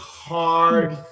hard